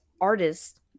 artists